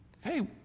hey